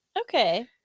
Okay